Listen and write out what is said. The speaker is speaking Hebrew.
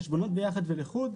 חשבונות ביחד ולחוד,